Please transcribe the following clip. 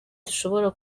twashobora